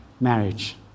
marriage